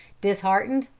disheartened,